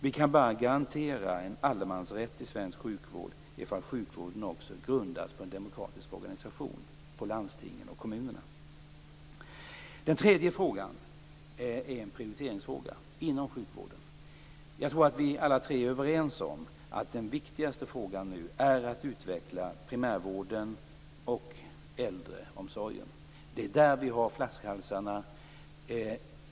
Vi kan bara garantera en allemansrätt i svensk sjukvård om den grundas på en demokratisk organisation i landstingen och i kommunerna. Den tredje frågan är en prioriteringsfråga inom sjukvården. Vi är nog alla tre överens om att den viktigaste frågan nu är att utveckla primärvården och äldreomsorgen. Det är där som vi har flaskhalsarna.